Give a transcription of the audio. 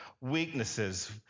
weaknesses